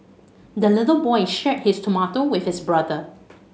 the little boy shared his tomato with his brother